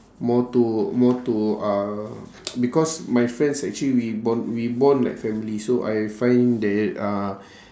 more to more to uh because my friends actually we bond we bond like family so I find that uh